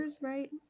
right